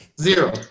zero